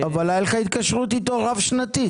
אבל הייתה לך התקשרות איתו רב שנתית.